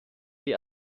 die